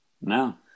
No